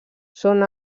són